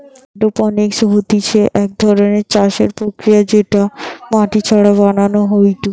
hydroponics হতিছে এক ধরণের চাষের প্রক্রিয়া যেটা মাটি ছাড়া বানানো হয়ঢু